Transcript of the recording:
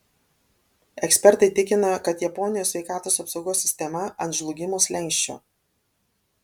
ekspertai tikina kad japonijos sveikatos apsaugos sistema ant žlugimo slenksčio